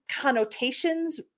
connotations